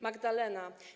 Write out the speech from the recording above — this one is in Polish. Magdalena.